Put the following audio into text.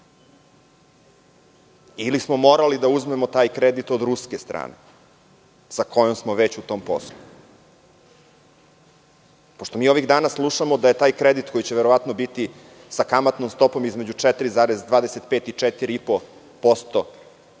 Ili smo morali da uzmemo taj kredit od ruske strane, sa kojom smo već u tom poslu? Pošto mi ovih dana slušamo da je taj kredit, koji će verovatno biti sa kamatnom stopom između 4,25 i 4,5%